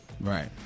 Right